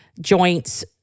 joints